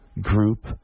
group